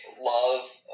love